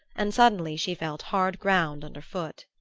and suddenly she felt hard ground underfoot.